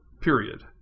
Period